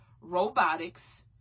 robotics